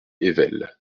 ayvelles